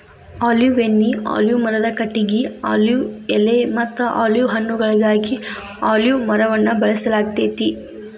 olive ಎಣ್ಣಿ, olive ಮರದ ಕಟಗಿ, ಆಲಿವ್ ಎಲೆಮತ್ತ ಆಲಿವ್ ಹಣ್ಣುಗಳಿಗಾಗಿ ಅಲಿವ್ ಮರವನ್ನ ಬೆಳಸಲಾಗ್ತೇತಿ